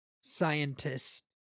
scientist